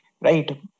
Right